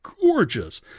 gorgeous